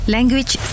Language